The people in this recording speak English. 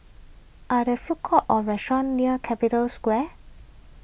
are there food courts or restaurants near Capital Square